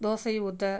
தோசை ஊற்ற